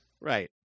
Right